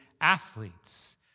athletes